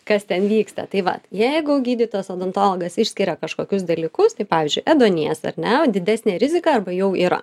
kas ten vyksta tai vat jeigu gydytojas odontologas išskiria kažkokius dalykus tai pavyzdžiui ėduonies ar ne didesnė rizika arba jau yra